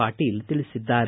ಪಾಟೀಲ್ ತಿಳಿಸಿದ್ದಾರೆ